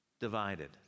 divided